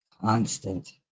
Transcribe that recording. constant